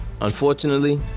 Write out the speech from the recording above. Unfortunately